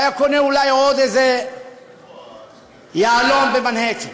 הוא היה קונה אולי עוד איזה יהלום במנהטן,